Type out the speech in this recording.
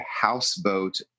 houseboat